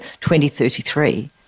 2033